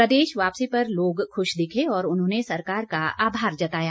प्रदेश वापसी पर लोग खुश दिखे और उन्होंने सरकार का आभार जताया